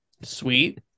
sweet